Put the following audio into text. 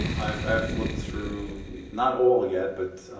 i've looked through not all yet, but